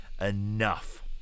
enough